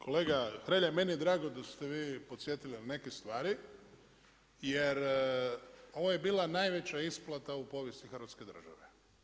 Kolega Hrelja, meni je drago da ste vi podsjetili na neke stvari jer ovo je bila najveća isplata u povijesti hrvatske države.